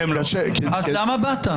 אז למה באת?